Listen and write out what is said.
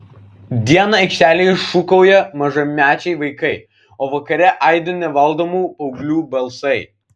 dieną aikštelėje šūkauja mažamečiai vaikai o vakare aidi nevaldomų paauglių balsai